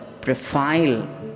Profile